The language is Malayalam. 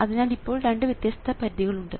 അതിനാൽ ഇപ്പോൾ രണ്ട് വ്യത്യസ്ത പരിധികൾ ഉണ്ട്